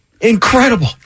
Incredible